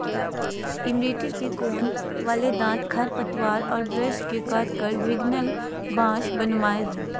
imprinter के कोण वाले दांत खरपतवार और ब्रश से काटकर भिन्गल घास बनावैय हइ